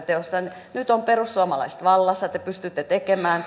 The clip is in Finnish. nyt ovat perussuomalaiset vallassa te pystytte tekemään